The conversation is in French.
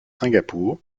singapour